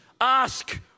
ask